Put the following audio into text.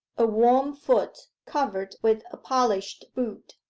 a warm foot, covered with a polished boot.